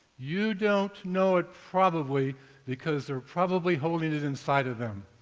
you don't know it probably because they're probably holding it inside of them.